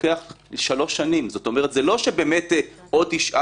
איזה עוד ארגונים צריכים להיות פה?